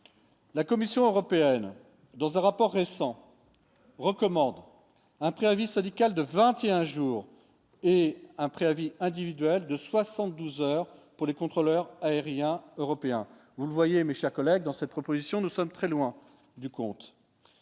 la Commission européenne dans un rapport récent, recommande un préavis syndicale de 21 jours et un préavis individuel de 72 heures pour les contrôleurs aériens. Européen : vous le voyez, mes chers collègues, dans cette proposition, nous sommes très loin du compte.